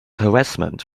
harassment